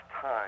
time